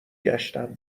گشتم